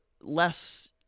less